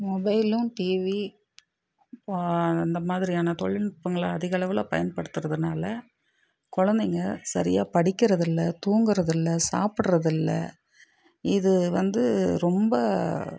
மொபைலும் டிவி இந்த மாதிரியான தொழில்நுட்பங்களை அதிகளவில் பயன்படுத்துறதுனால குழந்தைங்க சரியாக படிக்கிறது இல்லை தூங்கிறது இல்லை சாப்பிட்றது இல்லை இது வந்து ரொம்ப